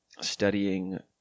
studying